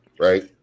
right